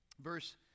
verse